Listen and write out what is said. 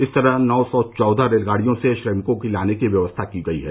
इस तरह नौ सौ चौदह रेलगाड़ियों से श्रमिकों को लाने की व्यवस्था की गयी है